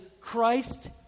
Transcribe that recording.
Christ